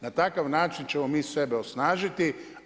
Na takav način ćemo mi sebe osnažiti.